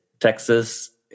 Texas